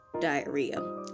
diarrhea